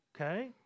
okay